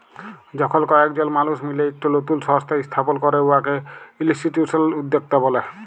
যখল কয়েকজল মালুস মিলে ইকট লতুল সংস্থা ইস্থাপল ক্যরে উয়াকে ইলস্টিটিউশলাল উদ্যক্তা ব্যলে